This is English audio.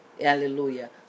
Hallelujah